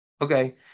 Okay